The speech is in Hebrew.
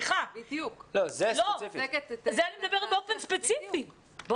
זה אני מדברת באופן ספציפי.